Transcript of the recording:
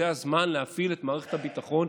זה הזמן להפעיל את משרד הביטחון.